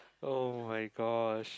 oh-my-gosh